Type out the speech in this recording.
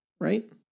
right